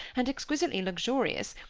and exquisitely luxurious,